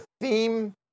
theme